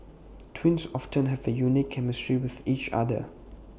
twins often have A unique chemistry with each other